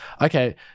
Okay